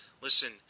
listen